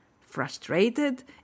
Frustrated